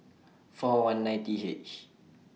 four one nine T H